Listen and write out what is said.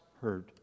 heard